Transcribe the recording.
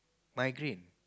migraine